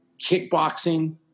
kickboxing